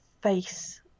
face